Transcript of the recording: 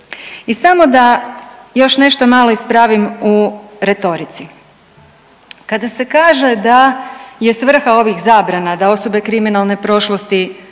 I samo da još nešto malo ispravim u retorici. Kada se kaže da je svrha ovih zabrana da osobe kriminalne prošlosti